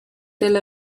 tel